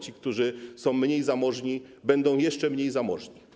Ci, którzy są mniej zamożni, będą jeszcze mniej zamożni.